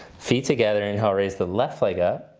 feet together and now raise the left leg up.